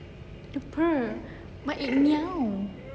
the purr but it meow